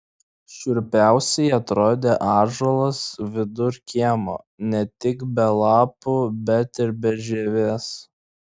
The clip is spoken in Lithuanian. šiurpiausiai atrodė ąžuolas vidur kiemo ne tik be lapų bet ir be žievės